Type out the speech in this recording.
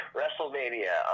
WrestleMania